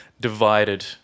divided